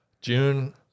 June